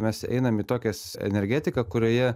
mes einam į tokias energetiką kurioje